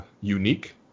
unique